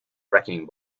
wrecking